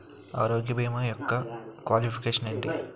ఆరోగ్య భీమా యెక్క క్వాలిఫికేషన్ ఎంటి?